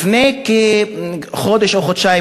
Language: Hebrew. לפני כחודש או חודשיים,